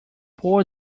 pour